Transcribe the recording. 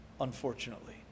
unfortunately